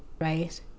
right